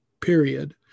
period